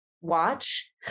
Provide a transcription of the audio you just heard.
watch